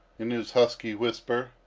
in his husky whisper,